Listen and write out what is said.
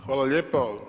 Hvala lijepa.